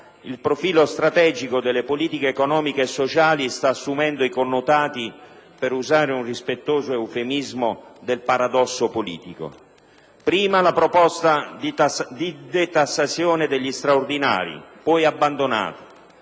il profilo strategico delle politiche economiche e sociali sta assumendo i connotati, per usare un rispettoso eufemismo, del paradosso politico: inizialmente, la proposta di detassazione degli straordinari, poi abbandonata;